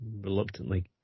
reluctantly